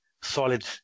solid